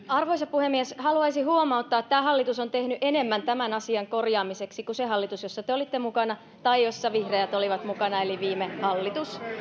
arvoisa puhemies haluaisin huomauttaa että tämä hallitus on tehnyt enemmän tämän asian korjaamiseksi kuin se hallitus jossa te olitte mukana tai jossa vihreät olivat mukana eli viime hallitus